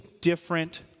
different